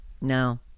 No